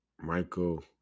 Michael